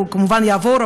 הוא כמובן יעבור,